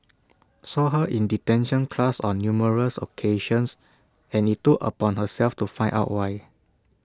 saw her in detention class on numerous occasions and IT took upon herself to find out why